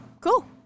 cool